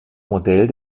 modell